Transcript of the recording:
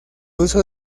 uso